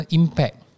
impact